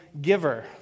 giver